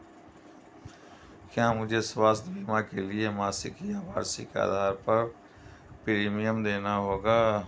क्या मुझे स्वास्थ्य बीमा के लिए मासिक या वार्षिक आधार पर प्रीमियम देना होगा?